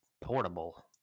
portable